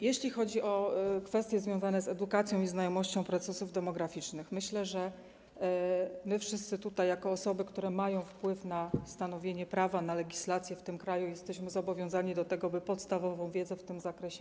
Jeśli chodzi o kwestie związane z edukacją i znajomością procesów demograficznych, to uważam, że my wszyscy tutaj jako osoby, które mają wpływ na stanowienie prawa, na legislację w tym kraju, jesteśmy zobowiązani do tego, by mieć podstawową wiedzę w tym zakresie.